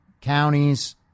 counties